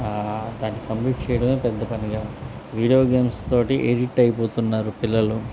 దాన్ని కంప్లీట్ చేయడమే పెద్ద పనిగా వీడియో గేమ్స్ తోటి ఎడిట్ అయిపోతున్నారు పిల్లలు